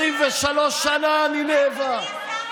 23 שנה אני נאבק.